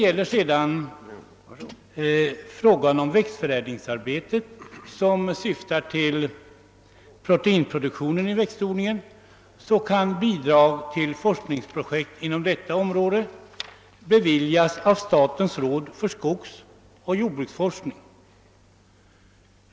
I fråga om växtförädlingsarbete som syftar till att öka proteinproduktionen i växtodlingen kan bidrag till forskningsprojekt beviljas av statens råd för skogsoch jordbruksforskning.